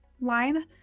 line